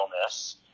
illness